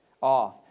off